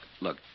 look